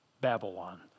Babylon